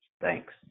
Thanks